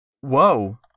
Whoa